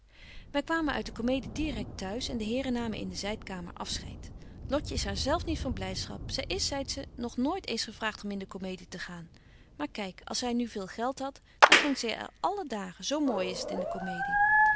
wy kwamen uit de comedie direct t'huis en de heren namen in de zydkamer afscheid lotje is haar zelf niet van blydschap zy is zeit ze nog nooit eens gevraagt om in de comedie te gaan maar kyk als zy nu veel geld hadt dan ging zy er alle dag zo mooi is t in de comedie